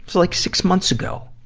so like six months ago.